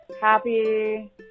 Happy